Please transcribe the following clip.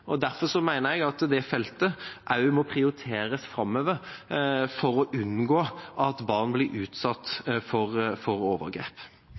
på. Derfor mener jeg at det feltet også må prioriteres framover for å unngå at barn blir utsatt for overgrep.